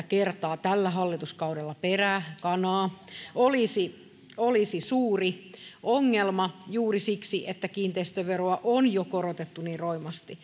kertaa tällä hallituskaudella peräkanaa olisi olisi suuri ongelma juuri siksi että kiinteistöveroa on jo korotettu niin roimasti